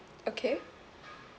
okay